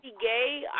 Gay